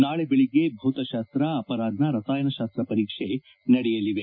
ನಾಳೆ ದೆಳಗ್ಗೆ ಭೌತಶಾಸ್ತ ಅಪರಾಹ್ನ ರಸಾಯನಶಾಸ್ತ ಪರೀಕ್ಷೆ ನಡೆಯಲಿದೆ